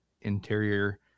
interior